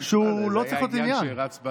זה היה עניין שרץ,